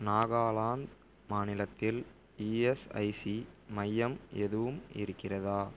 நாகாலாந்து மாநிலத்தில் இஎஸ்ஐசி மையம் எதுவும் இருக்கிறதா